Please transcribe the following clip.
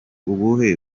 ubuhe